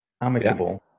amicable